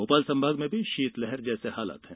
भोपाल संभाग में शीतलहर जैसे हालात है